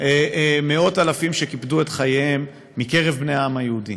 מאות אלפים, שקיפדו את חייהם מקרב בני העם היהודי.